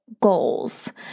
goals